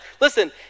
Listen